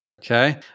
Okay